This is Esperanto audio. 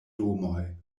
domoj